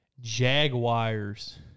Jaguars